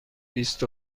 بیست